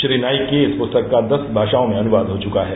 श्री नाईक की इस पुस्तक का दस भाषाओं में अनुवाद हो चुका है